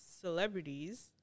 celebrities